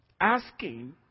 Asking